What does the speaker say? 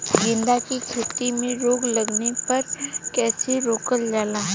गेंदा की खेती में रोग लगने पर कैसे रोकल जाला?